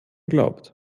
glaubt